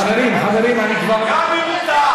חברים, חברים, אני כבר, זה מה, גם אם הוא טעה.